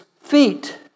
feet